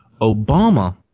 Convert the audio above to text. Obama